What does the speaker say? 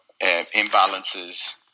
imbalances